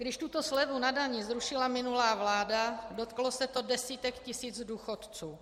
Když tuto slevu na dani zrušila minulá vláda, dotklo se to desítek tisíc důchodců.